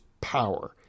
power